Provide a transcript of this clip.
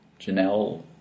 Janelle